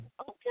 okay